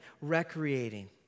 recreating